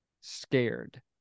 scared